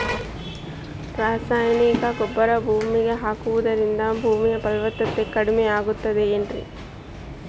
ರಾಸಾಯನಿಕ ಗೊಬ್ಬರ ಭೂಮಿಗೆ ಹಾಕುವುದರಿಂದ ಭೂಮಿಯ ಫಲವತ್ತತೆ ಕಡಿಮೆಯಾಗುತ್ತದೆ ಏನ್ರಿ?